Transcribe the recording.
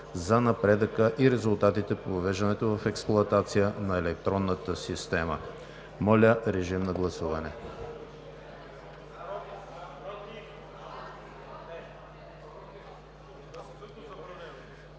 за напредъка и резултатите по въвеждането в експлоатация на електронната система.“ Моля, режим на гласуване.